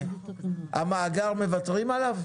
המאגר מוותרים עליו?